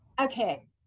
Okay